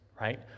right